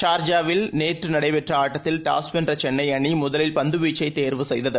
சார்ஜாவில்நடைபெற்றஆட்டத்தில்டாஸ்வென்றசென்னைஅணி முதலில்பந்துவீச்சைதேர்வுசெய்தது